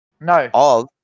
No